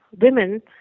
women